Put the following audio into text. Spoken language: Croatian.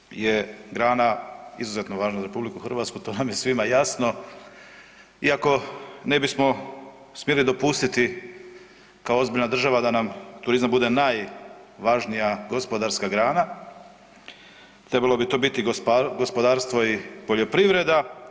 Turizam je grana izuzetno važna za RH, to vam je svima jasno iako ne bismo smjeli dopustiti kao ozbiljna država da nam turizam bude najvažnija gospodarska grana, trebalo bi to biti gospodarstvo i poljoprivreda.